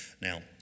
Now